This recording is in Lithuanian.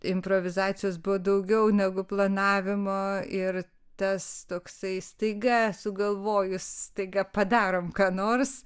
improvizacijos buvo daugiau negu planavimo ir tas toksai staiga sugalvojus staiga padarom ką nors